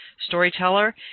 storyteller